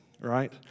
right